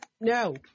No